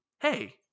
hey